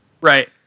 Right